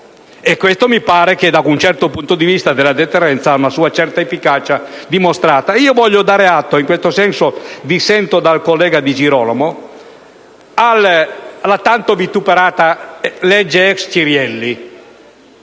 Questo mi pare che, da un certo punto di vista della deterrenza, abbia un'efficacia dimostrata. Voglio dare atto - in questo senso dissento dal collega De Cristofaro - alla tanto vituperata legge ex Cirielli